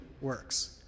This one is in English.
works